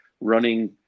running